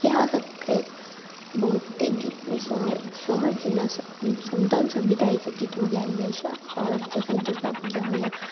इएहसब कहै बहुते गीत सोहर सोहर जेना समदाउन सब विदाइके गीतमे गाएल जाइ छै आओर जखन दुर्गापूजा होइए